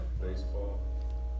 baseball